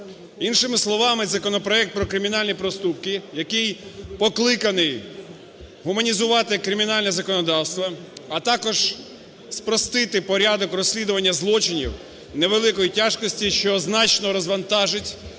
Іншими словами, законопроект про кримінальні проступки, який покликаний гуманізувати кримінальне законодавство, а також спростити порядок розслідування злочинів невеликої тяжкості, що значно розвантажить